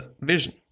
vision